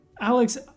Alex